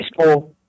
school